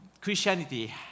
Christianity